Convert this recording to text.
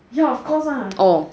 ya of course ah